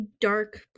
dark